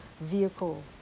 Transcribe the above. vehicle